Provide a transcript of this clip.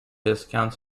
discounts